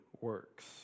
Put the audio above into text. works